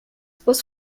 was